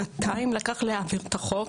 שנתיים לקח להעביר את החוק.